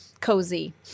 cozy